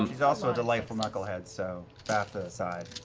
um she's also a delightful knucklehead, so bafta aside.